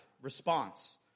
response